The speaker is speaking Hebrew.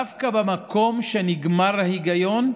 דווקא במקום שנגמר ההיגיון,